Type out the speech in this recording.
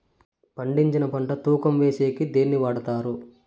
పండించిన పంట తూకం వేసేకి దేన్ని వాడతారు?